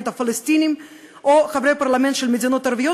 הפלסטינים או חברי הפרלמנט של מדינות ערביות,